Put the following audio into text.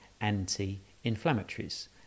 anti-inflammatories